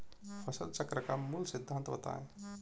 फसल चक्र का मूल सिद्धांत बताएँ?